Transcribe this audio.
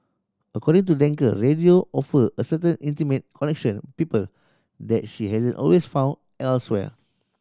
according to Danker radio offer a certain intimate connection people that she hasn't always found elsewhere